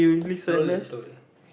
slowly slowly